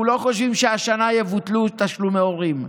אנחנו לא חושבים שהשנה יבוטלו תשלומי הורים,